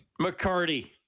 McCarty